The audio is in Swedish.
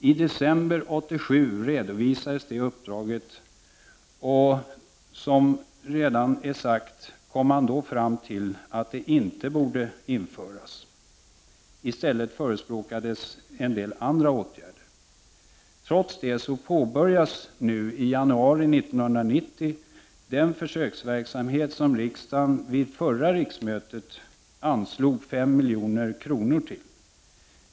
I december 1987 redovisades uppdraget, och man kom fram till att detta inte borde införas. I stället förespråkades andra åtgärder. Trots detta så påbörjas i januari 1990 den försöksverksamhet som riksdagen vid förra riksmötet anslog 5 milj.kr. till.